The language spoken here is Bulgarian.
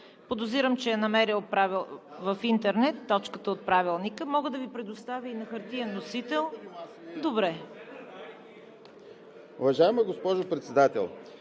Подозирам, че е намерил в интернет точката от Правилника. Мога да Ви предоставя и на хартиен носител. ГЕОРГИ